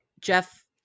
Jeff